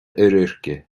oirirce